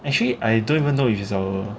actually I don't even know if he's our